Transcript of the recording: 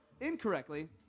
incorrectly